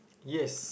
yes